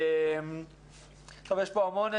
אני אזכיר שוב שיש לנו תלמידים שגם להם